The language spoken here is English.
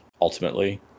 ultimately